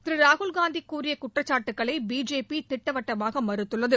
திரு ராகுல்காந்தி கூறிய குற்றச்சாட்டுகளை பிஜேபி திட்டவட்டமாக மறுத்துள்ளது